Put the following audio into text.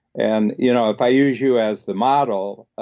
and you know if i use you as the model,